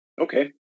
Okay